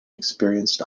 experienced